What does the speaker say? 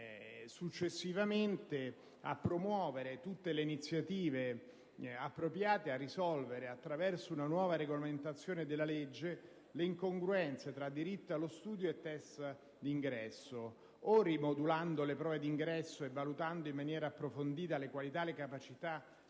quella di «promuovere tutte le iniziative appropriate a risolvere, attraverso una nuova regolamentazione della legge, le incongruenze tra diritto allo studio e test d'ingresso, (...) rimodulando le prove d'ingresso e valutando in maniera approfondita le qualità e le capacità